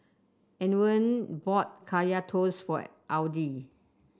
Antwain bought Kaya Toast for Audy